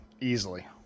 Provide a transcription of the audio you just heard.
Easily